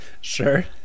sure